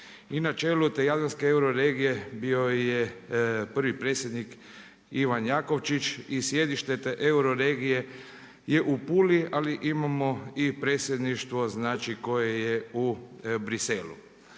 I na čelu te Jadranske euroregije bio je prvi predsjednik Ivan Jakovčić i sjedište te euroregije je u Puli ali imamo i predsjedništvo znači koje je u Briselu.